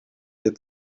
did